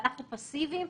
שאנחנו פאסיביים,